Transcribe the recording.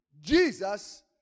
Jesus